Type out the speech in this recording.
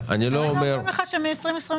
הרגע אמרו לך שזה מ-2023.